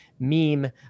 meme